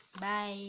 Bye